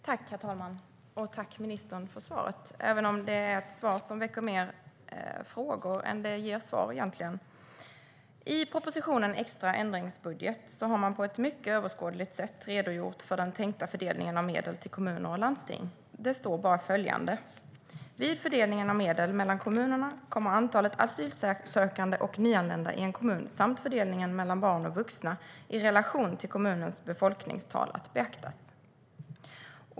Herr talman! Jag tackar ministern för svaret, även om det egentligen väcker mer frågor än det ger svar. I propositionen Extra ändringsbudget för 2015 har man på ett mycket överskådligt sätt redogjort för den tänkta fördelningen av medel till kommuner och landsting. Det står bara följande: "Vid fördelningen av medel mellan kommunerna kommer antalet asylsökande och nyanlända i en kommun samt fördelningen mellan barn och vuxna i relation till kommunens befolkningstal att beaktas."